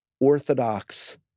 orthodox